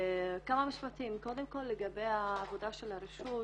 קודם כל לגבי העבודה של הרשות,